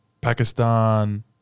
Pakistan